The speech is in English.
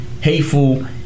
hateful